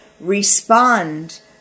respond